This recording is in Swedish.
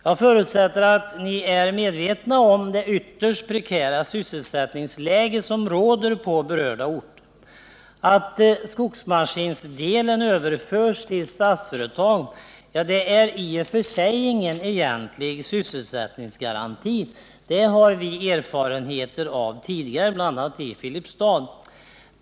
Jag förutsätter att ni är medvetna om det ytterst prekära sysselsättningsläge som råder på berörda orter. Att skogsmaskinsdelen överförs till Statsföretag är i och för sig ingen egentlig sysselsättningsgaranti; det har vi tidigare erfarenhet av, bl.a. i Filipstad.